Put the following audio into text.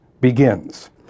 begins